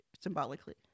symbolically